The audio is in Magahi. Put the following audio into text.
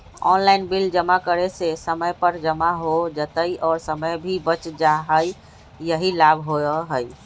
ऑनलाइन बिल जमा करे से समय पर जमा हो जतई और समय भी बच जाहई यही लाभ होहई?